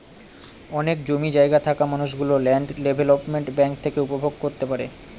অনেক জমি জায়গা থাকা মানুষ গুলো ল্যান্ড ডেভেলপমেন্ট ব্যাঙ্ক থেকে উপভোগ করতে পারে